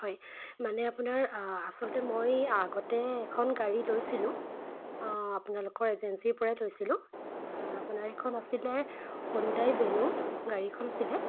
হয় মানে আপোনাৰ আচলতে মই আগতে এখন গাড়ী লৈছিলোঁ আপোনালোকৰ এজেঞ্চিৰপৰাই লৈছিলোঁ আপোনাৰ এখন আছিলে হ'ণ্ডাই ভেনু গাড়ীখন আছিলে